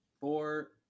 four